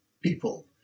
people